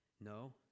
No